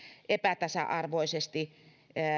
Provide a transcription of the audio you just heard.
epätasa arvoisesti